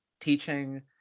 teaching